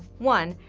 one,